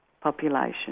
population